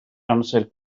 amser